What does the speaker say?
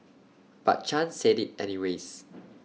but chan said IT anyways